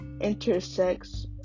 intersects